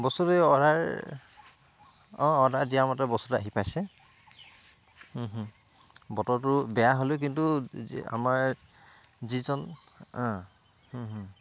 বস্তুটো এই অৰ্ডাৰ অঁ অৰ্ডাৰ দিয়া মতে বস্তুটো আহি পাইছে বতৰটো বেয়া হ'লেও কিন্তু আমাৰ যিজন